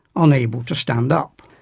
unable to stand up.